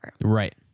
Right